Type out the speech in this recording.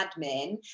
admin